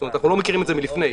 אנחנו לא מכירים את זה מלפני.